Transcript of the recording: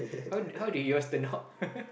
how how did yours turn out